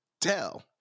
tell